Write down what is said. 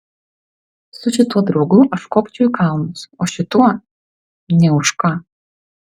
su šituo draugu aš kopčiau į kalnus o su šituo nė už ką